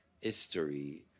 history